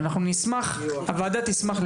אבל הוועדה תשמח,